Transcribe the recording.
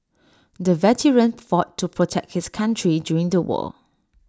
the veteran fought to protect his country during the war